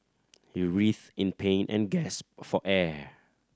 he writhed in pain and gasped for air